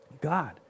God